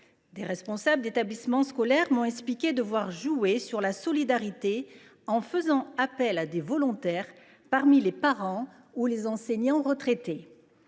Des responsables d’établissements scolaires m’ont expliqué devoir jouer sur la solidarité en faisant appel à des volontaires parmi les parents ou les enseignants retraités.